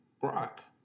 Brock